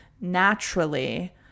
naturally